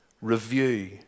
review